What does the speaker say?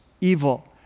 evil